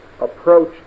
approach